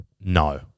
no